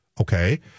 okay